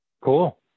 Cool